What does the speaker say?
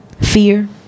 fear